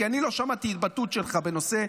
כי אני לא שמעתי התבטאות שלך בנושא.